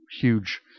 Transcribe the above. huge